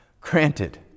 granted